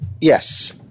yes